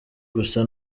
gusa